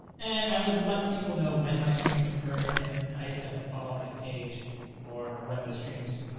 and i would let people know when my streams occurred and entice them to follow my page for when those streams,